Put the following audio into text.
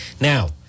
Now